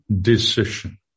decision